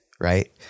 right